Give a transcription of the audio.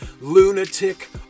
Lunatic